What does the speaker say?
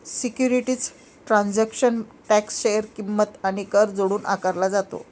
securities transaction tax share किंमत आणि कर जोडून आकारला जातो